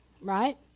right